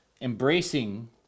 embracing